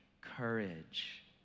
courage